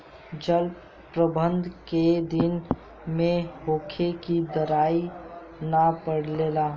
जल प्रबंधन केय दिन में होखे कि दरार न परेला?